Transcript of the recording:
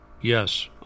Yes